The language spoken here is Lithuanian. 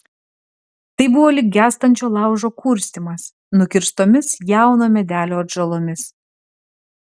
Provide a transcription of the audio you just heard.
tai buvo lyg gęstančio laužo kurstymas nukirstomis jauno medelio atžalomis